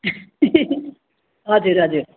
हजुर हजुर